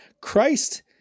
Christ